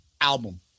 album